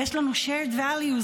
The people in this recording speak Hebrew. ויש לנו shared values.